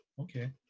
Okay